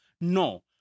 No